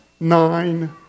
Nine